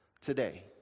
today